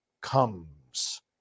comes